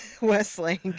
Westlake